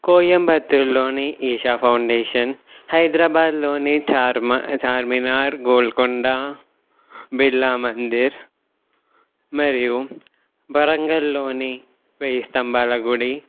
కోయంబత్తూర్లోని Isha foundation హైదరాబాదులోని చార్మ చార్మినార్ గోల్కొండ బిర్లా మందిర్ మరియు వరంగల్లోని వెయ్యి స్తంభాల గుడి